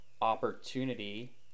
opportunity